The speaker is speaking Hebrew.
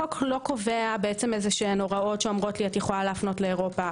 החוק לא קובע בעצם הוראות שאומרות: את יכולה להפנות לאירופה.